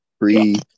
free